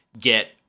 get